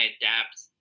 adapt